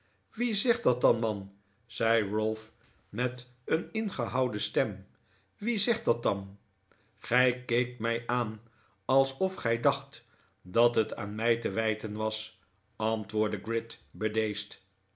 wie zegt dat dan man zei ralph met een ingehouden stem wie zegt dat dan gij keekt mij aan alsof gij dacht dat het aan mij te wijten was antwoordde gride bedeesd